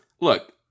Look